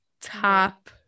top